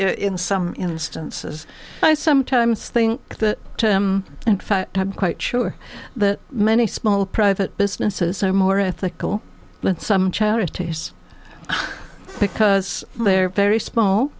in some instances i sometimes think that in fact i'm quite sure that many small private businesses are more ethical than some charities because they're very small